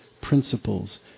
principles